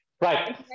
Right